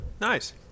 Nice